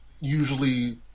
usually